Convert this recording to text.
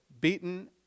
beaten